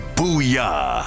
Booyah